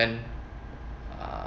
then uh